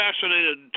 fascinated